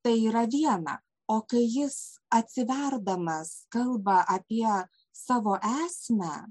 tai yra viena o kai jis atsiverdamas kalba apie savo esmę